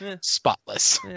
spotless